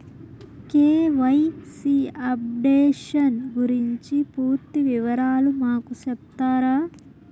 KYC updation గురించి పూర్తి వివరాలు మాకు సెప్తారా?